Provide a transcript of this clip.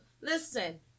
Listen